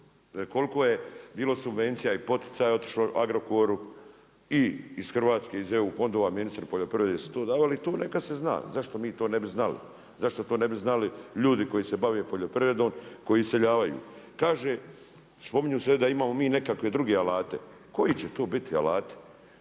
koliko je bilo subvencija i poticaja otišlo Agrokoru i iz Hrvatske, iz EU fondova, ministri poljoprivredi su to davali i to neka se zna. Zašto mi to ne bi znali, zašto to ne bi znali ljudi koji se bave poljoprivredom, koji iseljavaju? Kaže, spominju se da imamo mi nekakve druge alate. Koji će tu biti alati?